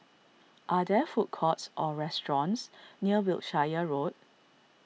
are there food courts or restaurants near Wiltshire Road